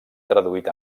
traduït